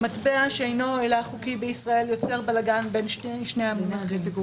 "מטבע שאינו הילך חוקי בישראל" יוצר בלגן בין שני המונחים.